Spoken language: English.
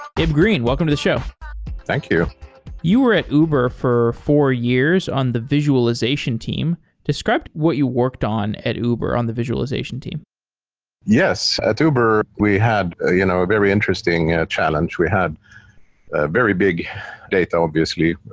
ib green, welcome to the show thank you you were at uber for four years on the visualization team. describe what you worked on at uber on the visualization team yes. at uber, we had ah you know very interesting challenge. we had a very big data, obviously.